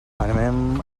anem